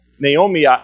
Naomi